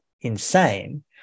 insane